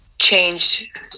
changed